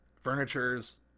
furnitures